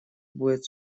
будет